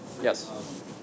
Yes